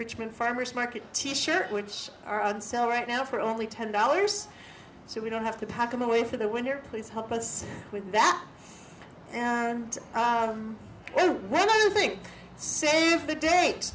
richmond farmer's market t shirt which are on sale right now for only ten dollars so we don't have to pack them away for the winter please help us with that outcome when i do think the date